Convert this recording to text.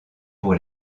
pour